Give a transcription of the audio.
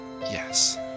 Yes